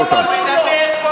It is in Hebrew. בשביל מדינת ישראל, לפני